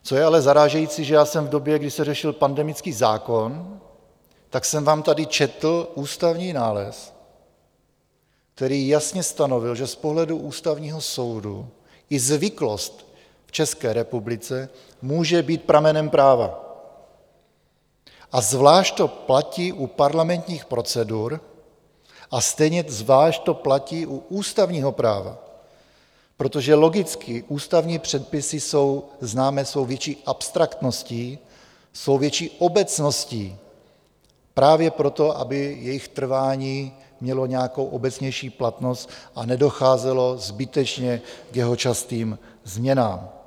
Co je ale zarážející, že já jsem v době, kdy se řešil pandemický zákon, tak jsem vám tady četl ústavní nález, který jasně stanovil, že z pohledu Ústavního soudu i zvyklost v České republice může být pramenem práva, a zvlášť to platí u parlamentních procedur a stejně zvlášť to platí u ústavního práva, protože logicky ústavní předpisy jsou známé svou větší abstraktností, svou větší obecností právě proto, aby jejich trvání mělo nějakou obecnější platnost a nedocházelo zbytečně k jejich častým změnám.